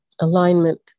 Alignment